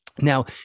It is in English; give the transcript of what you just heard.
Now